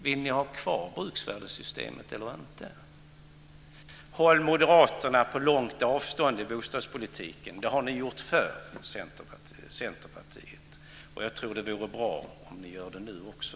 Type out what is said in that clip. Vill ni ha kvar bruksvärdessystemet eller inte? Håll Moderaterna på långt avstånd i bostadspolitiken! Det har ni gjort förr i Centerpartiet, och jag tror att det vore bra om ni gör det nu också.